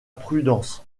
prudence